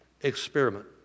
experiment